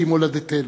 שהיא מולדתנו.